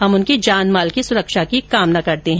हम उनकी जानमाल की सुरक्षा की कामना करते है